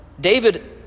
David